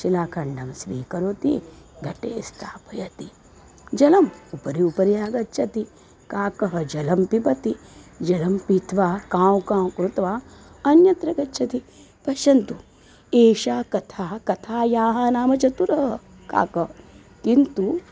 शिलाखण्डं स्वीकरोति घटे स्थापयति जलम् उपरि उपरि आगच्छति काकः जलं पिबति जलं पीत्वा काव् काव् कृत्वा अन्यत्र गच्छति पश्यन्तु एषा कथा कथायाः नाम चतुरः काकः किन्तु